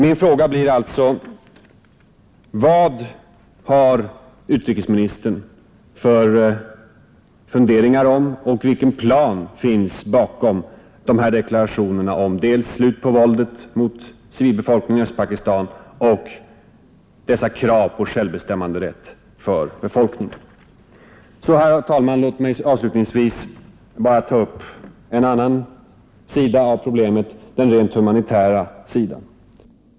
Min fråga blir alltså: Vilken plan finns bakom deklarationerna om slut på våldet mot civilbefolkningen i Östpakistan och kraven på självbestämmanderätt för befolkningen? Låt mig, herr talman, avslutningsvis ta upp en annan sida av problemet, den rent humanitära.